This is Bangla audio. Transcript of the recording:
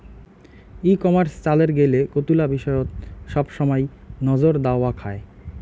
ই কমার্স চালের গেইলে কতুলা বিষয়ত সবসমাই নজর দ্যাওয়া খায়